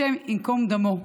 השם ייקום דמו,